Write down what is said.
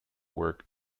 work